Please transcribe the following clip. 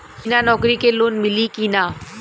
बिना नौकरी के लोन मिली कि ना?